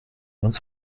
uns